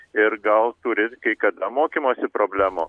ir gal turi kai kada mokymosi problemų